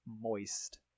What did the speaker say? moist